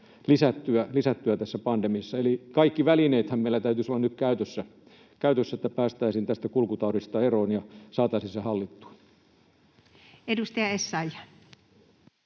lisättyä tässä pandemiassa. Eli kaikki välineethän meillä täytyisi olla nyt käytössä, että päästäisiin tästä kulkutaudista eroon ja saataisiin se hallittua. [Speech 124]